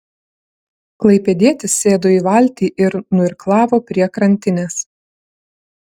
klaipėdietis sėdo į valtį ir nuirklavo prie krantinės